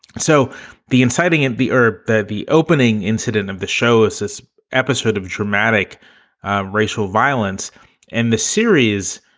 so the inciting and the erbe that the opening incident of the show as this episode of dramatic racial violence in the series